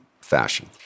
fashion